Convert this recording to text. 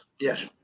Yes